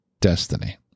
destiny